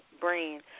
brand